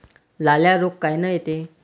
लाल्या रोग कायनं येते?